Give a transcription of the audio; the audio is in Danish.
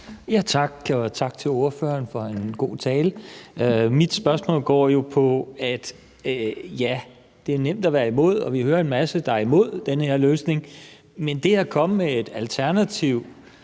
Tak, og tak til ordføreren for en god tale. Mit spørgsmål går på, at det er nemt at være imod, og vi hører en masse, der er imod den her løsning, men hvad er alternativet?